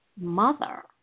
mother